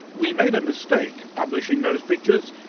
we made a mistake publishing those pictures.